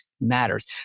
matters